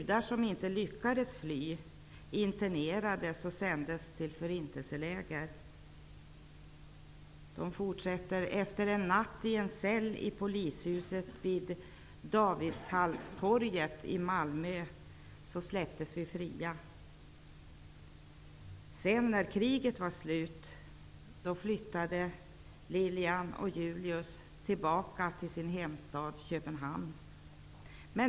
Davidshallstorg i Malmö släpptes Lilian och Julius fria. När kriget tog slut flyttade de tillbaka till sin hemstad Köpenhamn.